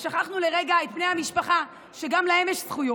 ושכחנו לרגע את בני המשפחה, שגם יש להם זכויות.